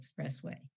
expressway